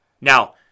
Now